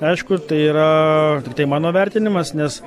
aišku tai yra tiktai mano vertinimas nes